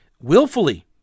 willfully